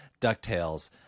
DuckTales